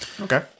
Okay